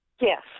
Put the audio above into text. Yes